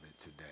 today